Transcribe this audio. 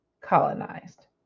colonized